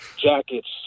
jackets